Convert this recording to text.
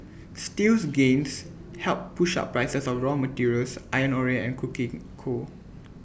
steel's gains helped push up prices of raw materials iron ore and coking coal